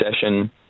session